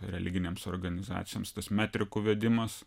religinėms organizacijoms tas metrikų vedimas